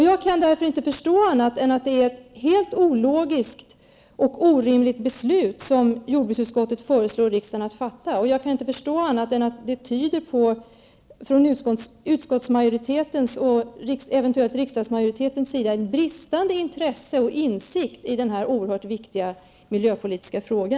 Jag kan därför inte förstå annat än att det är ett helt ologiskt och orimligt beslut som jordbruksutskottet föreslår att riksdagen skall fatta. Och jag kan inte förstå annat än att det från utskottsmajoritetens och eventuellt riksdagsmajoritetens sida tyder på ett bristande intresse och en bristande insikt i denna oerhört viktiga miljöpolitiska fråga.